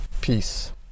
Peace